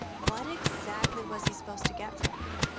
what exactly was he supposed to get from me?